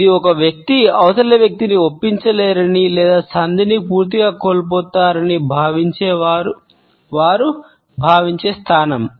ఇది ఒక వ్యక్తి అవతలి వ్యక్తిని ఒప్పించలేరని లేదా సంధిని పూర్తిగా కోల్పోతున్నారని భావించే వారు భావించే స్థానం